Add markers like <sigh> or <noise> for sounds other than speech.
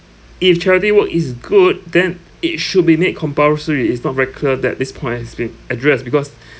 if charity work is good then it should be made compulsory it's not very clear that this point has been addressed because <breath>